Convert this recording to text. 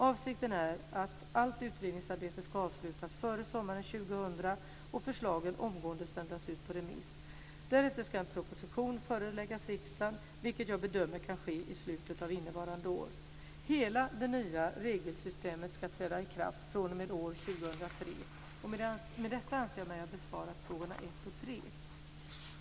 Avsikten är att allt utredningsarbete ska avslutas före sommaren 2000 och förslagen omgående sändas ut på remiss. Därefter ska en proposition föreläggas riksdagen, vilket jag bedömer kan ske i slutet av innevarande år. Hela det nya regelsystemet ska träda i kraft fr.o.m. år 2003. Med detta anser jag mig ha besvarat frågorna 1 och 3.